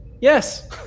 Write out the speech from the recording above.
yes